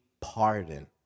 pardon